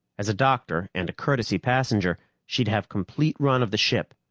as a doctor and a courtesy passenger, she'd have complete run of the ship,